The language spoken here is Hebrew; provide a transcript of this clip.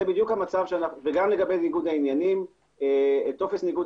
גם לגבי ניגוד העניינים טופס ניגוד